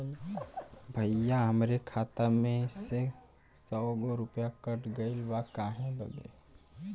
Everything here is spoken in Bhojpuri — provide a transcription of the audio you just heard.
भईया हमरे खाता में से सौ गो रूपया कट गईल बा काहे बदे?